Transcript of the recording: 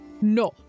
no